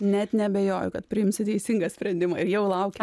net neabejoju kad priimsi teisingą sprendimą ir jau laukiu